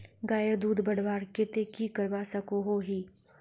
गायेर दूध बढ़वार केते की करवा सकोहो ही?